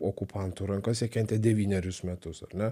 okupantų rankas jie kentė devynerius metus ar ne